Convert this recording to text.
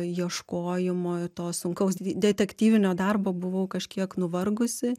ieškojimo to sunkaus detektyvinio darbo buvau kažkiek nuvargusi